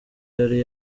yari